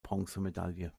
bronzemedaille